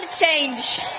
change